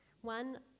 One